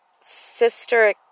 sister